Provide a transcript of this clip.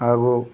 ಹಾಗೂ